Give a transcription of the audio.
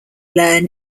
learn